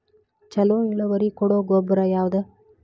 ಛಲೋ ಇಳುವರಿ ಕೊಡೊ ಗೊಬ್ಬರ ಯಾವ್ದ್?